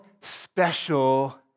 special